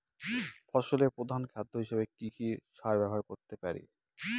ফসলের প্রধান খাদ্য হিসেবে কি কি সার ব্যবহার করতে পারি?